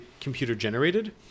computer-generated